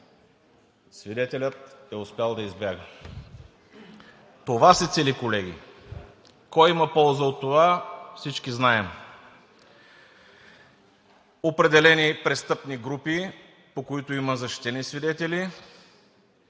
Свидетелят е успял да избяга.“ Това се цели, колеги. Кой има полза от това? Всички знаем. Определени престъпни групи, по които има защитени свидетели,